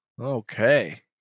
okay